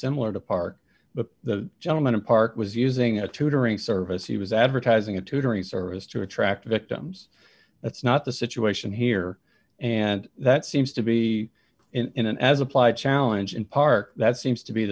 similar to park but the gentleman in part was using a tutoring service he was advertising a tutoring service to attract victims that's not the situation here and that seems to be in an as applied challenge in part that seems to be